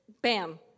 Bam